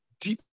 deep